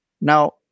Now